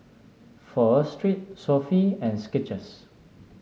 Pho Street Sofy and Skechers